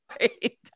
right